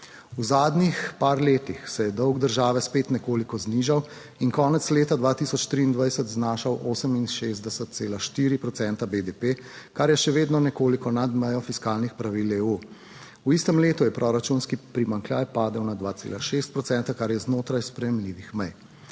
V zadnjih par letih se je dolg države spet nekoliko znižal in konec leta 2023 znašal 68,4 procenta BDP, kar je še vedno nekoliko nad mejo fiskalnih pravil EU. V istem letu je proračunski primanjkljaj padel na 2,6 procenta, kar je znotraj sprejemljivih mej.